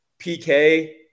PK